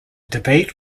debate